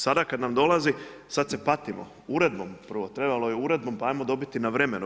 Sada kada nam dolazi sada se patimo uredbom, prvo trebalo je uredbom pa hajmo dobiti na vremenu.